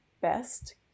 best